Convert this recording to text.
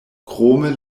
krome